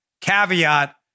caveat